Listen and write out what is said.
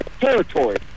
territory